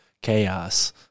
chaos